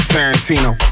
Tarantino